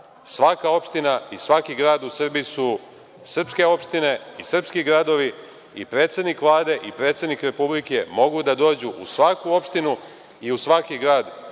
Svaka opština i svaki grad u Srbiji su srpske opštine i srpski gradovi i predsednik Vlade i predsednik Republike mogu da dođu u svaku opštinu i u svaki grad